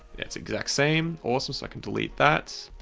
it's exact same awesome, so i can delete that.